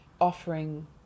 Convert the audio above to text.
offering